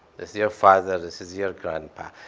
this is your father. this is your grandpa,